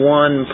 one